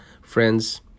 friends